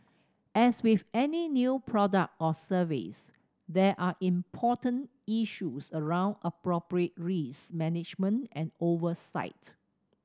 as with any new product or service there are important issues around appropriate risk management and oversight